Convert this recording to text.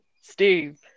Steve